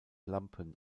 lampen